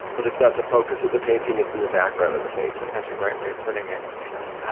but it's not the focus of the painting, it's in the background of the painting. that's a great way of putting it. you know,